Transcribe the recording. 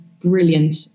brilliant